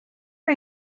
are